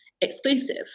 exclusive